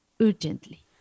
urgently